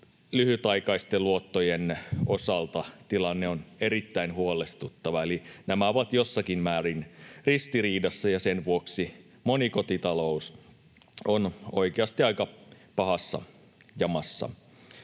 lyhytaikaisten luottojen osalta tilanne on erittäin huolestuttava. Eli nämä ovat jossakin määrin ristiriidassa, ja sen vuoksi moni kotitalous on oikeasti aika pahassa jamassa.